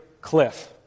cliff